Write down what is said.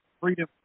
freedom